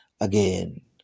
again